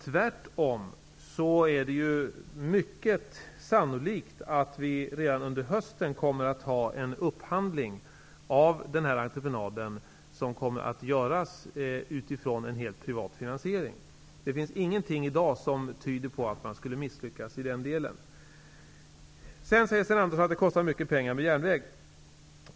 Tvärtom är det mycket sannolikt att vi redan under hösten kommer att ha en upphandling av den här entreprenaden, som kommer att göras utifrån en helt privat finansiering. Det finns ingenting i dag som tyder på att man skulle misslyckas i den delen. Sten Andersson säger att det kostar mycket pengar med järnväg.